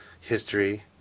history